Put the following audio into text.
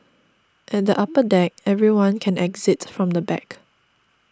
at the upper deck everyone can exit from the back